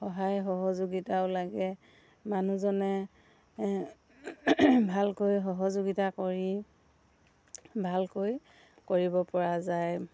সহায় সহযোগিতাও লাগে মানুহজনে ভালকৈ সহযোগিতা কৰি ভালকৈ কৰিবপৰা যায়